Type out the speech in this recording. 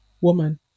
woman